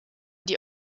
die